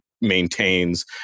maintains